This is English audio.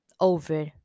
over